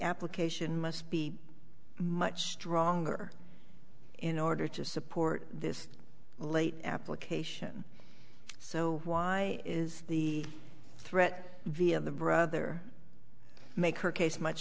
application must be much stronger in order to support this late application so why is the threat via the brother make her case much